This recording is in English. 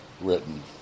written